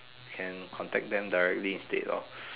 can contact them directly instead of